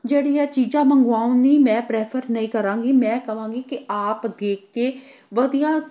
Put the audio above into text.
ਜਿਹੜੀ ਹੈ ਚੀਜ਼ਾਂ ਮੰਗਵਾਉਣ ਲਈ ਮੈਂ ਪ੍ਰੈਫਰ ਨਹੀਂ ਕਰਾਂਗੀ ਮੈਂ ਕਹਾਂਗੀ ਕਿ ਆਪ ਦੇਖ ਕੇ ਵਧੀਆ